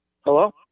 Hello